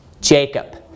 Jacob